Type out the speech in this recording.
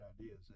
ideas